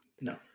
no